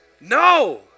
No